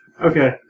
Okay